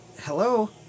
Hello